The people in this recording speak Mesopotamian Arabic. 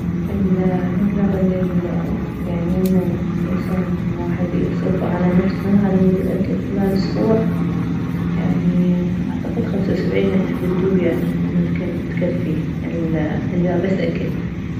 المبلغ الي يعني يمنا الانسان الواحد يصرفه على نفسه علمود الاكل خلال اسبوع يعني اعتقد خمسة وسبعين الف بالدوب يعني انه تكفيه اذا بس اكل